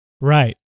Right